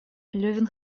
левин